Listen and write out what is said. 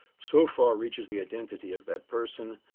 so far reaches the identity of that person,